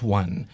one